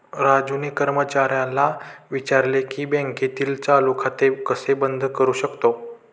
राजूने कर्मचाऱ्याला विचारले की बँकेतील चालू खाते कसे बंद करू शकतो?